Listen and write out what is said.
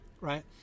right